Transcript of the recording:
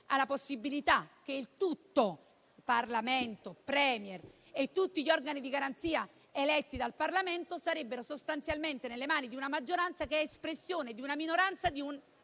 alla possibilità che tutto - Parlamento, *Premier* e tutti gli organi di garanzia eletti dal Parlamento - sarebbe nelle mani di una maggioranza che è espressione di una minoranza di